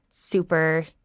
Super